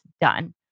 done